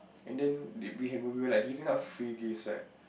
and then they we were like giving out free gifts right